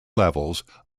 levels